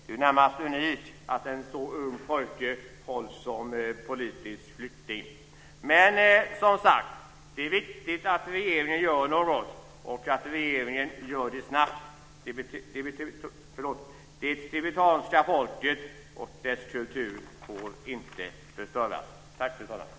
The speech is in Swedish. Det är närmast unikt att en så ung pojke hålls som politisk flykting. Men, som sagt, det är viktigt att regeringen gör något och att regeringen gör det snabbt. Det tibetanska folket och dess kultur får inte förstöras.